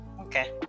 Okay